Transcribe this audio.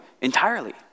entirely